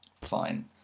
Fine